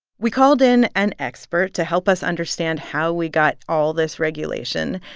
we called in an expert to help us understand how we got all this regulation.